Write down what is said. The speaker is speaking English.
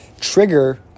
trigger